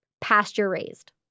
pasture-raised